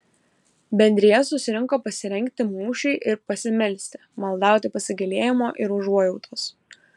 bendrija susirinko pasirengti mūšiui ir pasimelsti maldauti pasigailėjimo ir užuojautos